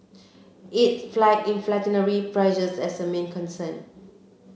it flagged inflationary pressures as a main concern